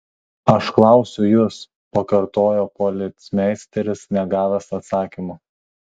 aš klausiu jus pakartojo policmeisteris negavęs atsakymo